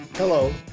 Hello